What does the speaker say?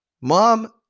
mom